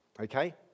Okay